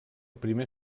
primer